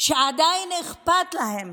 שעדיין אכפת להם